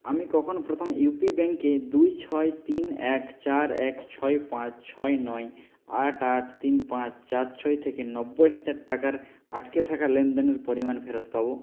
আমি কখন প্রথম ইউপি ব্যাঙ্ক দুই ছয় তিন এক চার এক ছয় পাঁচ ছয় নয় আট আট তিন পাঁচ চার ছয় থেকে নব্বই হাজার টাকার আটকে থাকা লেনদেনের পরিমাণ ফেরত পাবো